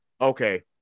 okay